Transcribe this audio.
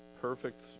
perfect